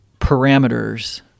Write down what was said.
parameters